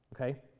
Okay